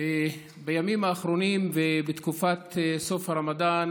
ואנחנו פותרים את הבעיות.